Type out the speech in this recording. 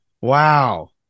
Wow